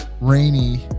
rainy